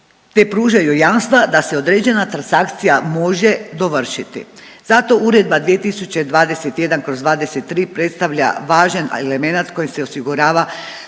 te pružaju jamstva da se određena transakcija može dovršiti. Zato Uredba 2021/23 predstavlja važan elemenat kojim se osigurava